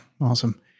Awesome